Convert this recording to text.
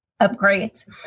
upgrades